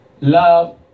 Love